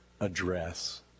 address